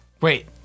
Wait